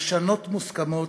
לשנות מוסכמות,